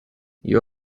you